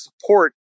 support